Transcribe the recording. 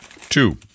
Two